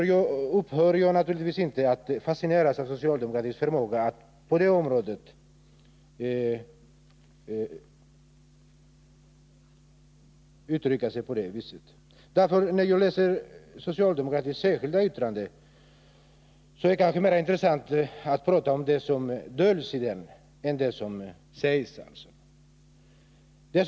Jag upphör naturligtvis inte att fascineras av den socialdemokratiska förmågan att uttrycka sig på detta sätt. När jag läser det särskilda yttrande som de socialdemokratiska ledamöterna avgett vid utskottets betänkande finner jag att det är mera intressant att tala om det som döljs däri än det som sägs däri.